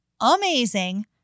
amazing